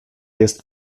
jest